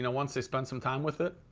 and once they spend some time with it,